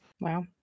Wow